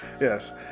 Yes